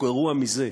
או גרוע מזה,